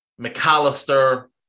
McAllister